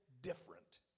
different